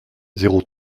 zéro